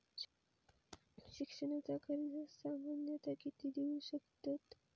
शिक्षणाचा कर्ज सामन्यता किती देऊ शकतत?